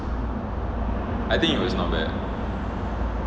I think it was not bad